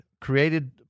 created